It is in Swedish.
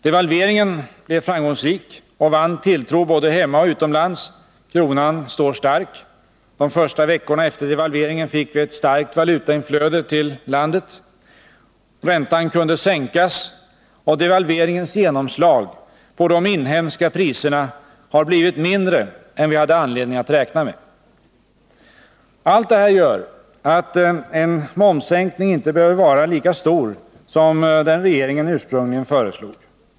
Devalveringen blev framgångsrik och vann tilltro både hemma och utomlands. Kronan står stark. De första veckorna efter devalveringen fick vi ett starkt valutainflöde till landet. Räntan kunde sänkas, och devalveringens genomslag på de inhemska priserna har blivit mindre än vi hade anledning att räkna med. Allt det här gör att en momssänkning inte behöver vara lika stor som den regeringen ursprungligen föreslog.